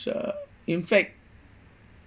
uh in fact